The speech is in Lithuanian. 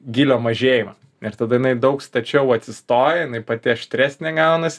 gylio mažėjimas ir tada jinai daug stačiau atsistoja jinai pati aštresnė gaunasi